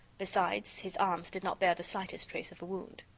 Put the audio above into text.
besides, his arms did not bear the slightest trace of a wound.